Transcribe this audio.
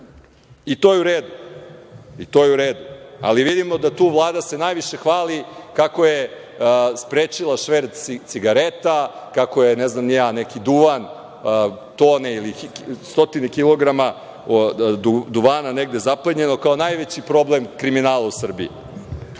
i to je u redu, ali vidimo da se tu Vlada najviše hvali kako je sprečila šverc cigareta, kako je neki duvan, tone ili stotine kilograma duvana negde zaplenjeno kao najveći problem kriminala u Srbiji.